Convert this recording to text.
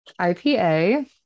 IPA